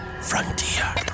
Frontier